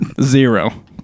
Zero